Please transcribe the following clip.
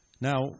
Now